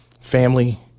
family